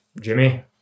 Jimmy